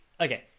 Okay